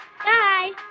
Bye